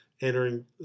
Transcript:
entering